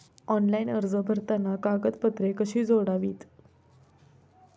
Online अर्ज भरताना कागदपत्रे कशी जोडावीत?